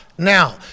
Now